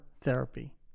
therapy